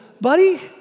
buddy